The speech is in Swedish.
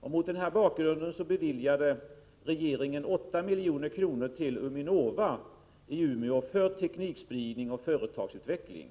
Mot den bakgrunden beviljade regeringen 8 milj.kr. till UMINOVA i Umeå för teknikspridning och företagsutveckling.